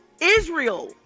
Israel